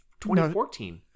2014